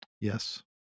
Yes